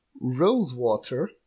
Rosewater